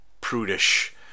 prudish